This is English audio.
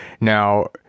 now